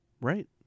right